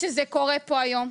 שזה קורה פה היום.